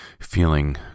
feeling